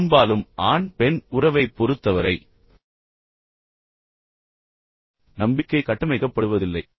பெரும்பாலும் ஆண் பெண் உறவைப் பொறுத்தவரை நம்பிக்கை கட்டமைக்கப்படுவதில்லை